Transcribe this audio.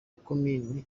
komini